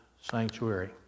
sanctuary